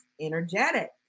energetic